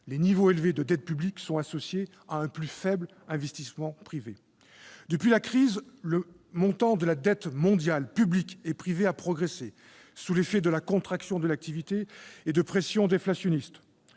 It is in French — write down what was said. un niveau élevé de dette publique est associé à un plus faible investissement privé. Depuis la crise, le montant de la dette mondiale, publique et privée, a progressé, sous l'effet de la contraction de l'activité et de pressions déflationnistes.